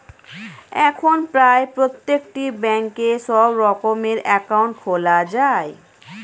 এখন প্রায় প্রত্যেকটি ব্যাঙ্কে সব রকমের অ্যাকাউন্ট খোলা যায়